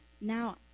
now